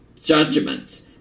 judgments